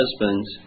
husbands